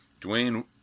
Dwayne